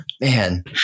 man